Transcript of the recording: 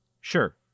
Sure